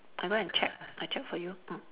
I have to go and check I check for you mm